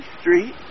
street